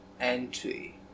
entry